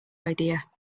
idea